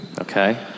Okay